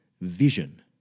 vision